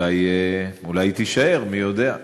אולי היא תישאר, מי יודע?